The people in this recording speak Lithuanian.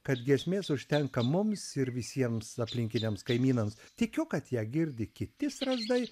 kad giesmės užtenka mums ir visiems aplinkiniams kaimynams tikiu kad ją girdi kiti strazdai